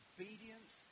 Obedience